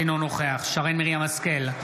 אינו נוכח שרן מרים השכל,